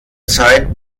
zeit